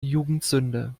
jugendsünde